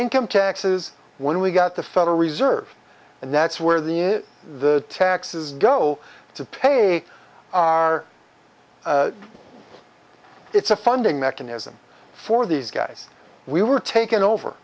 income taxes when we got the federal reserve and that's where the the taxes go to pay our it's a funding mechanism for these guys we were taken over